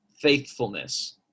faithfulness